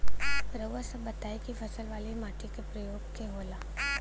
रउआ सब बताई कि फसल वाली माटी क प्रकार के होला?